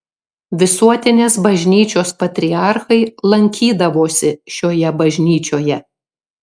visuotinės bažnyčios patriarchai lankydavosi šioje bažnyčioje